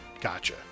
Gotcha